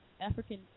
African